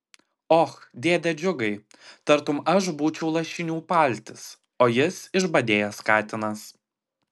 och dėde džiugai tartum aš būčiau lašinių paltis o jis išbadėjęs katinas